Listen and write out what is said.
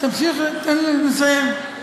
תן לי לסיים.